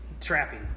trapping